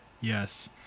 Yes